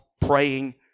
praying